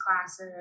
classes